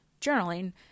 journaling